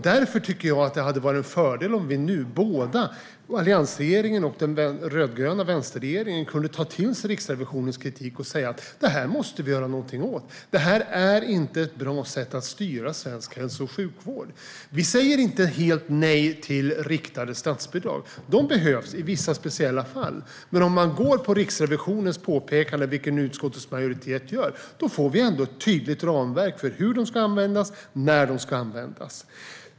Därför tycker jag att det hade varit en fördel om både den förra alliansregeringen och den nuvarande rödgröna vänsterregeringen hade kunnat ta till sig Riksrevisionens kritik och säga: Det här måste vi göra någonting åt. Det här är inte ett bra sätt att styra svensk hälso och sjukvård. Vi säger inte helt nej till riktade statsbidrag. De behövs i vissa speciella fall. Men om man går på Riksrevisionens påpekande, vilket utskottets majoritet nu gör, får man ett tydligt ramverk för hur de ska användas och när de ska användas.